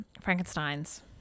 Frankenstein's